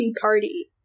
party